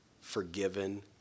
forgiven